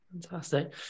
fantastic